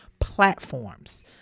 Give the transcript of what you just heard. platforms